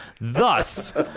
Thus